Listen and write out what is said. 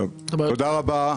תודה רבה.